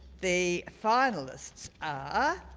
the finalists ah